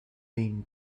been